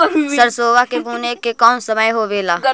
सरसोबा के बुने के कौन समय होबे ला?